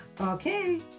Okay